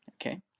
okay